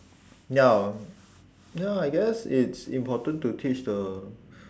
ya ya I guess it's important to teach the